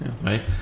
Right